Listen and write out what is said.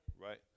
right